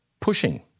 pushing